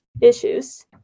issues